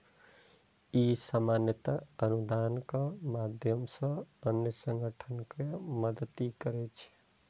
ई सामान्यतः अनुदानक माध्यम सं अन्य संगठन कें मदति करै छै